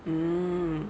mmhmm